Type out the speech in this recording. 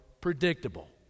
predictable